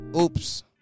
Oops